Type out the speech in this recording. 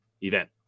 event